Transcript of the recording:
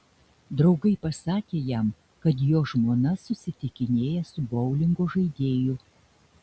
draugai pasakė jam kad jo žmona susitikinėjo su boulingo žaidėju